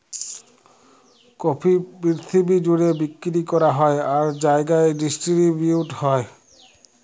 coffee পিরথিবি জ্যুড়ে বিক্কিরি ক্যরা হ্যয় আর জায়গায় ডিসটিরিবিউট হ্যয়